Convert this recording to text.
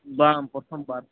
ᱵᱟᱝ ᱯᱚᱨᱛᱷᱚᱢ ᱵᱟᱨ